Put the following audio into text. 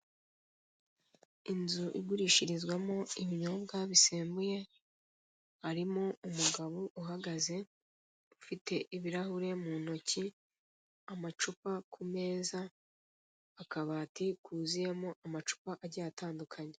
Inzu igurishirizwamo ibinyobwa bisembuye harimo umugabo uhagaze ufite ibirahure mu ntoki, amacupa ku meza, akabati kuzuyemo amacupa agiye atandukanye.